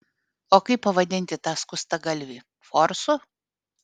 o kaip pavadinti tą skustagalvį forsu